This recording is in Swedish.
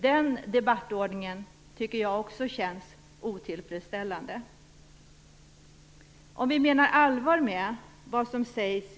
Den debattordningen tycker jag också känns otillfredsställande.